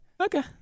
Okay